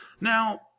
Now